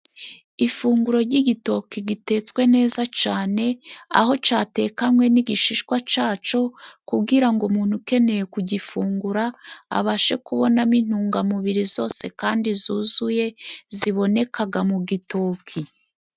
Ifunguro ry'igitoki gitetswe neza cane aho catekanywe n'igishishwa ca co kugira ngo umuntu ukeneye kugifungura abashe kubonamo intungamubiri zose kandi zuzuye zibonekaga mu gitoki.